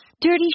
dirty